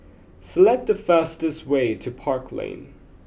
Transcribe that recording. select the fastest way to Park Lane